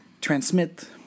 transmit